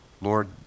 Lord